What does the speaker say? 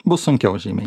bus sunkiau žymiai